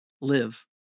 live